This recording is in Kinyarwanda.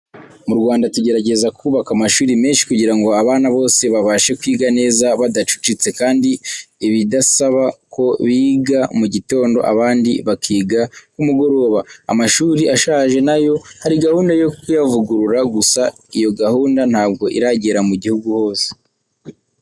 Mu Rwanda tugerageza kubaka amashuri menshi kugira ngo abana bose babashe kwiga neza badacucitse, kandi bidasaba ko biga mu gitondo abandi bakiga ku mugoroba. Amashuri ashaje na yo hari gahunda yo kuyavugurura, gusa iyo gahunda ntabwo iragera mu gihugu hose.